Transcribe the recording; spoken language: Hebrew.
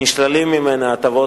נשללות ממנה הטבות